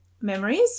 memories